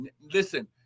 Listen